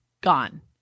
Gone